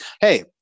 hey